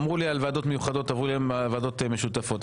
אמרו לי על ועדות מיוחדות ועל ועדות משותפת.